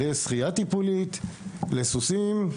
שחייה טיפולית, טיפול בסוסים,